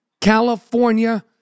California